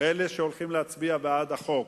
אלה שהולכים להצביע בעד החוק: